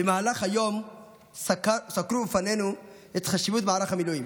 במהלך היום סקרו בפנינו את חשיבות מערך המילואים,